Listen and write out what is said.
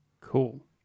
Cool